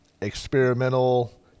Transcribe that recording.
experimental